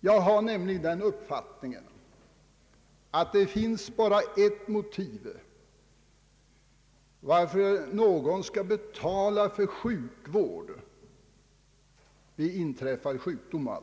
Jag har nämligen den uppfattningen att det bara finns ett motiv till att någon skall behöva betala för sjukvård vid inträffad sjukdom,